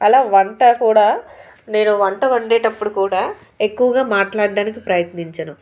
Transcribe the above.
అలా వంట కూడా నేను వంట వండేటప్పుడు కూడా ఎక్కువగా మాట్లాడ్డానికి ప్రయత్నించను